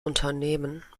unternehmen